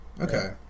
Okay